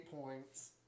points